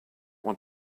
want